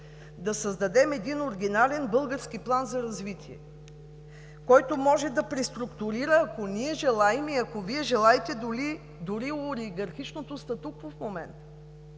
да създадем един оригинален български план за развитие, който може да преструктурира, ако ние желаем, и ако Вие желаете, дори олигархичното статукво в момента.